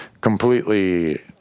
completely